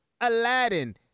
Aladdin